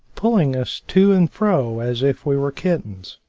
pulling us to and fro as if we were kittens.